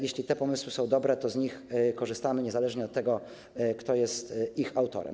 Jeśli te pomysły są dobre, to z nich korzystamy, niezależnie od tego, kto jest ich autorem.